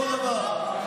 אותו דבר.